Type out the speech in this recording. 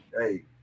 hey